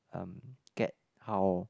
um get how